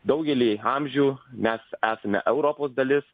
daugely amžių mes esame europos dalis